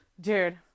dude